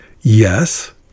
yes